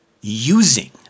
using